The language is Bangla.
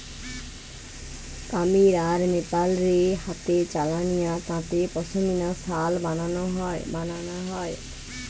কামীর আর নেপাল রে হাতে চালানিয়া তাঁতে পশমিনা শাল বানানা হয়